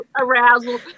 arousal